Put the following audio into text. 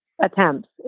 Attempts